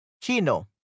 chino